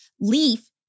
leaf